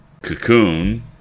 Cocoon